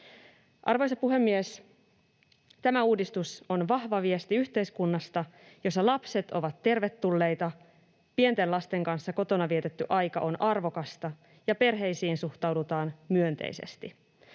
Arvoisa puhemies! Tämä uudistus on vahva viesti yhteiskunnasta, jossa lapset ovat tervetulleita, pienten lasten kanssa kotona vietetty aika on arvokasta ja perheisiin suhtaudutaan myönteisesti.